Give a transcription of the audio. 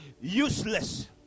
useless